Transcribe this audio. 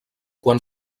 quan